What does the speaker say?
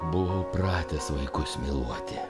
buvau pratęs vaikus myluoti